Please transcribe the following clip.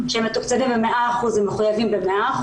שהם מתוקצבים ב-100% והם מחויבים ב-100%.